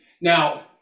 Now